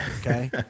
Okay